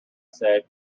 said